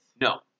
No